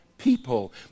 people